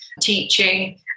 teaching